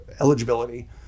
eligibility